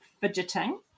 fidgeting